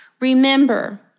Remember